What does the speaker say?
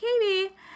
Katie